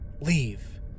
leave